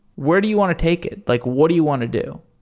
where do you want to take it? like what do you want to do?